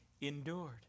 endured